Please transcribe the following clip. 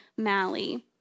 Mallie